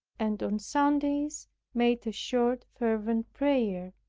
and on sundays made a short fervent prayer,